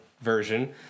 version